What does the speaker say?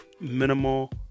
minimal